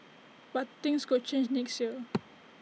but things could change next year